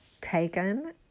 taken